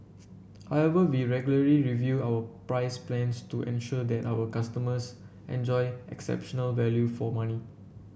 however we regularly review our price plans to ensure that our customers enjoy exceptional value for money